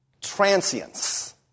transience